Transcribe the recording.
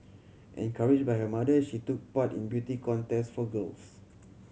encouraged by her mother she took part in beauty contests for girls